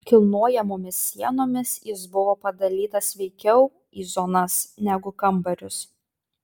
kilnojamomis sienomis jis buvo padalytas veikiau į zonas negu kambarius